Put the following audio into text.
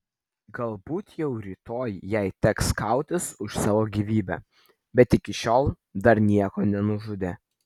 galbūt jau rytoj jai teks kautis už savo gyvybę bet iki šiol dar nieko nenužudė